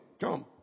Come